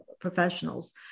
professionals